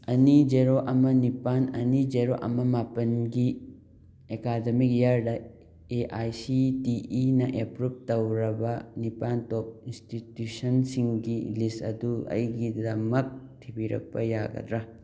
ꯑꯅꯤ ꯖꯦꯔꯣ ꯑꯃ ꯅꯤꯄꯥꯟ ꯑꯅꯤ ꯖꯦꯔꯣ ꯑꯃ ꯃꯥꯄꯟꯒꯤ ꯑꯦꯀꯥꯗꯃꯤꯛ ꯏꯌꯔꯗ ꯑꯦ ꯑꯥꯏ ꯁꯤ ꯇꯤ ꯏꯅ ꯑꯦꯄ꯭ꯔꯨꯕ ꯇꯧꯔꯕ ꯅꯤꯄꯥꯟ ꯇꯣꯞ ꯏꯟꯁꯇꯤꯇ꯭ꯌꯨꯁꯟ ꯁꯤꯡꯒꯤ ꯂꯤꯁ ꯑꯗꯨ ꯑꯩꯒꯤꯗꯃꯛ ꯊꯤꯕꯤꯔꯥꯛꯄ ꯌꯥꯒꯗ꯭ꯔꯥ